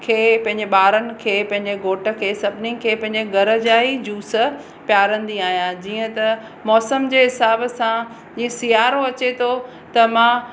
खे पंहिंजे ॿारनि खे पंहिंजे घोटु खे सभिनी खे पंहिजे घर जा ई जूस पिआरींदी आहियां जीअं त मौसमु जे हिसाब सां जीअं सिआरो अचे थो त मां